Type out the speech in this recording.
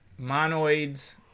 monoids